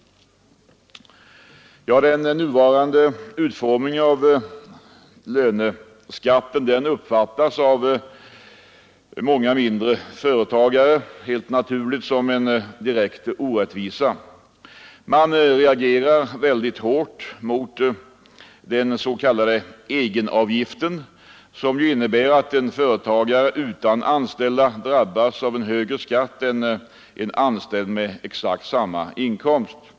Den nuvarande utformningen av löneskatten uppfattas av många mindre företagare helt naturligt som en direkt orättvisa. Man reagerar väldigt hårt mot den s.k. egenavgiften, som innebär att en företagare utan anställda drabbas av en högre skatt än en anställd med exakt samma inkomst.